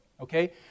Okay